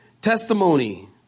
Testimony